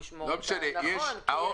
סליחה, ביקשתי זכות דיבור ודילגתם, ועברתם